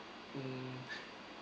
mm